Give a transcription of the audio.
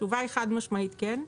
התשובה היא חד משמעית כן,